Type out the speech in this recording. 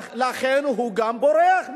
ולכן הוא גם בורח מזה.